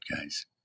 guys